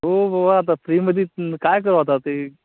हो बुवा आता फ्रीमध्ये काय करावं आता ते